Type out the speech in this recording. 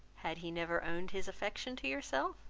had he never owned his affection to yourself?